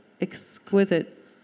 exquisite